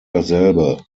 dasselbe